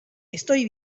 estoy